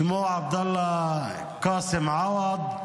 שמו עבדאללה קאסם עווד,